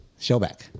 Showback